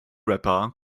rapper